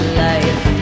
life